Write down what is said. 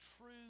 true